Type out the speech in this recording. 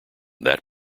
that